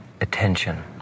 attention